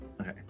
okay